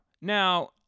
Now